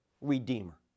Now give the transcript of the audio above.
redeemer